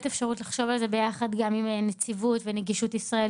אפשרות לחשוב על זה ביחד גם עם נציבות ונגישות ישראל,